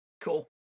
Cool